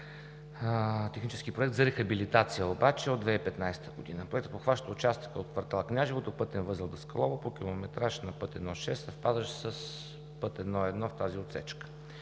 Технически проект за рехабилитация обаче от 2015 г. Проектът обхваща участъка от кв. „Княжево“ до пътен възел „Даскалово“ по километраж на път I-6, съвпадащ с път I-1 в тази отсечка.